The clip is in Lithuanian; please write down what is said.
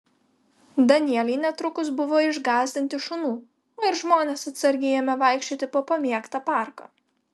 danieliai netrukus buvo išgąsdinti šunų o ir žmonės atsargiai ėmė vaikščioti po pamėgtą parką